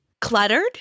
Cluttered